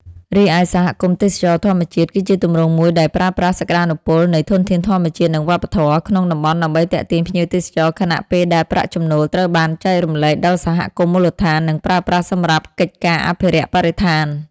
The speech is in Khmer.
រីឯសហគមន៍ទេសចរណ៍ធម្មជាតិ គឺជាទម្រង់មួយដែលប្រើប្រាស់សក្ដានុពលនៃ ធនធានធម្មជាតិ និង វប្បធម៌ ក្នុងតំបន់ដើម្បីទាក់ទាញភ្ញៀវទេសចរ ខណៈពេលដែលប្រាក់ចំណូលត្រូវបានចែករំលែកដល់សហគមន៍មូលដ្ឋាន និងប្រើប្រាស់សម្រាប់កិច្ចការអភិរក្សបរិស្ថាន។